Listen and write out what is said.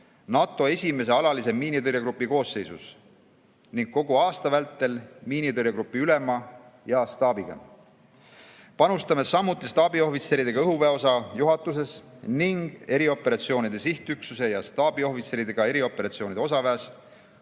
NATO esimese alalise miinitõrjegrupi koosseisus ning kogu aasta vältel miinitõrjegrupi ülema ja staabiga. Panustame samuti staabiohvitseridega õhuväeosa juhatuses ning erioperatsioonide sihtüksuse ja staabiohvitseridega erioperatsioonide osaväes,